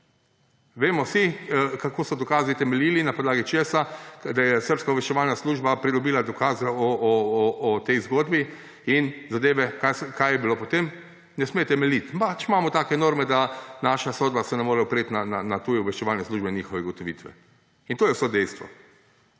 Vemo vsi, na podlagi česa so temeljili dokazi, da je srbska obveščevalna služba pridobila dokaze o tej zgodbi in zadeve. Kaj je bilo potem? Ne sme temeljiti. Pač imamo take norme, da se naša sodba ne more opreti na tuje obveščevalne službe in njihove ugotovitve. To je vse dejstvo.